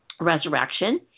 Resurrection